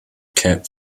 kept